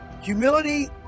Humility